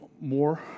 more